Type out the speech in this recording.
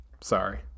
Sorry